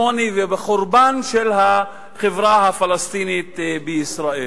ואת החורבן של החברה הפלסטינית בישראל.